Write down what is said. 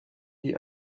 die